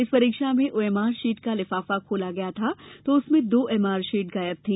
इस परीक्षा में ओएमआर शीट का लिफाफा खोला गया था तो उसमें दो ओएमआर शीट गायब थी